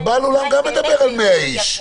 אבל בעל האולם גם מדבר על 100 אנשים.